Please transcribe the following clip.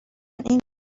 این